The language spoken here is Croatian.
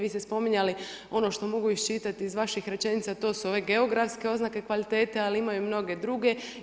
Vi ste spominjali ono što mogu iščitati iz vaših rečenica, to su ove geografske oznake kvalitete, ali imaju mnoge druge.